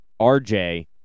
RJ